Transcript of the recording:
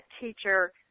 teacher